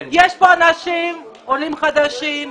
יש כאן אנשים שהם עולים חדשים,